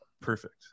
perfect